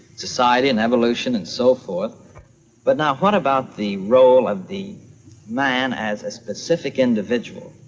society and evolution and so forth but now what about the role of the man as a specific individual?